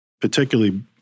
particularly